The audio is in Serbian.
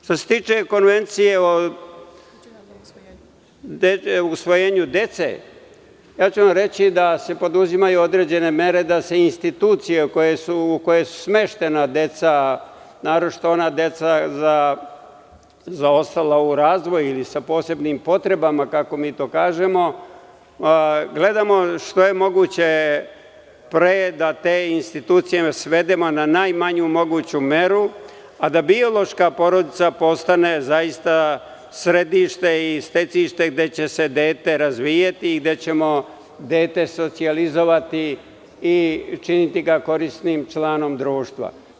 Što se tiče Konvencije o usvojenju dece, ja ću vam reći da se preduzimaju određene mere da se institucije u koje su smeštena deca, naročito ona deca zaostala u razvoju i sa posebnim potrebama, gledamo što je moguće pre da te institucije svedemo na najmanju moguću meru, a da biološka porodica postane zaista središte i stecište gde će se dete razvijati i gde ćemo dete socijalizovati i učiniti ga korisnim članom društva.